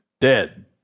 Dead